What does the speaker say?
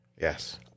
yes